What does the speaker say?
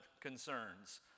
concerns